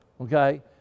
okay